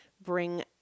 bring